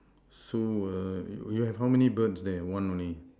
so err you have many birds there one only